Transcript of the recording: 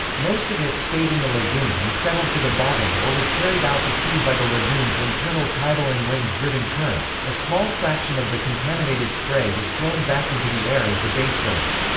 most of it stayed in the lagoon and settled to the bottom or was carried out to sea by the lagoon's internal tidal and wind-driven currents a small fraction of the contaminated spray was thrown back into the air as the base surge.